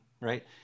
right